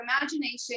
imagination